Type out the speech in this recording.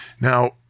Now